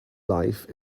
life